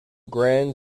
grand